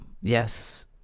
Yes